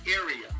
area